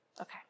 Okay